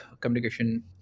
communication